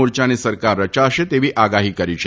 મોરચાની સરકાર રચાશે તેવી આગાફી કરી છે